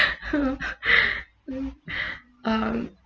um